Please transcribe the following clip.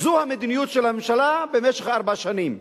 זו המדיניות של הממשלה במשך ארבע שנים.